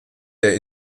der